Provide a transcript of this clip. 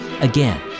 Again